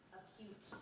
acute